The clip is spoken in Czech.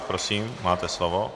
Prosím, máte slovo.